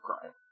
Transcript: crime